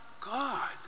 God